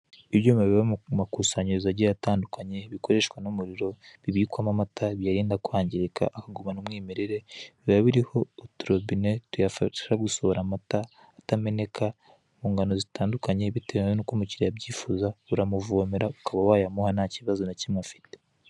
Ibyuma biba mu makusanyirizo agiye atandukanye bikoreshwa n'umuriro bibikwamo amata, bikayarinda kwangirika, akagumana umwimerere. Haba hariho utu robine tuyafasha gusohora amata atameneka, mu ngano zitandukanye bitewe nuko umukiriya abyifuza. Uramuvomera ukaba wayamuha ntakibazo na kimwe afite.